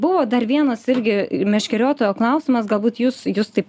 buvo dar vienas irgi meškeriotojo klausimas galbūt jūs justai